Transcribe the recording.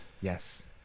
Yes